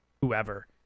whoever